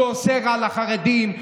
שעושה רע לחרדים,